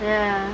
ya